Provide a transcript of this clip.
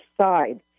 side